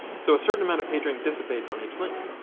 so a certain amount of page rank dissipates on each link.